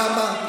למה?